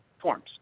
forms